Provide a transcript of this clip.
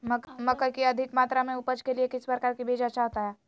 मकई की अधिक मात्रा में उपज के लिए किस प्रकार की बीज अच्छा होता है?